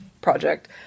project